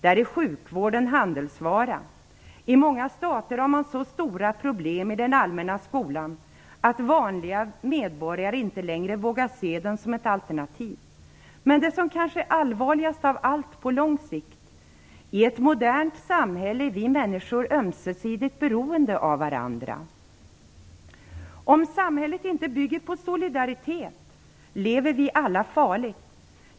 Där är sjukvården handelsvara. I många stater har man så stora problem i den allmänna skolan att vanliga medborgare inte längre vågar se det som ett alternativ. Det som är allvarligast av allt på lång sikt: i ett modernt samhälle är vi människor ömsesidigt beroende av varandra. Om samhället inte bygger på solidaritet lever vi alla farligt.